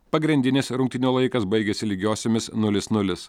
pagrindinis rungtynių laikas baigėsi lygiosiomis nulis nulis